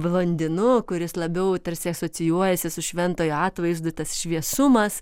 blondinu kuris labiau tarsi asocijuojasi su šventojo atvaizdu tas šviesumas